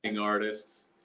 artists